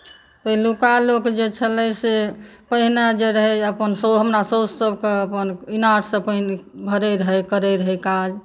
पहिलुका लोक जे छलै से पहिने जे रहै अपन हमर सासु सभकेँ अपन इनार से पानि भरै रहै करै रहै काज